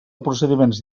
procediments